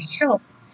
health